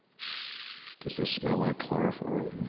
shhhh. does this smell like chloroform?